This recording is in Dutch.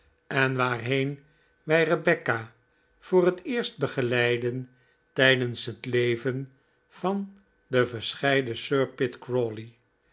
en waarheen wij rebecca voor het eerst begeleidden tijdens het leven van den verscheiden sir